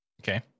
Okay